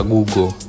Google